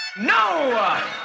no